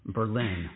Berlin